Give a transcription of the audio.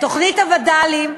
תוכנית הווד"לים,